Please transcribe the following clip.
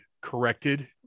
corrected